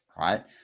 Right